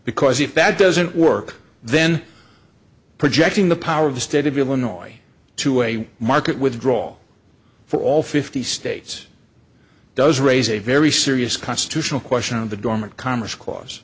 because if that doesn't work then projecting the power of the state of illinois to a market withdraw for all fifty states does raise a very serious constitutional question of the dormant commerce clause